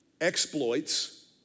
exploits